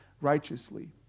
righteously